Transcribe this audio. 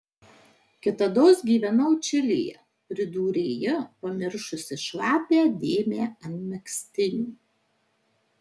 kitados gyvenau čilėje pridūrė ji pamiršusi šlapią dėmę ant megztinio